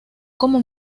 como